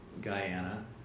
Guyana